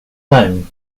time